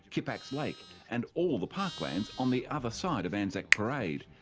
kippax lake and all the parklands on the other side of anzac parade,